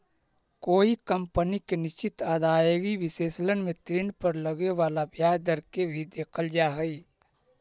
कोई कंपनी के निश्चित आदाएगी विश्लेषण में ऋण पर लगे वाला ब्याज दर के भी देखल जा हई